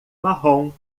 marrom